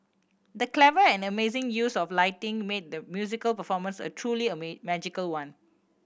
the clever and amazing use of lighting made the musical performance a truly a may magical one